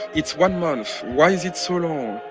it's one month. why is it so long?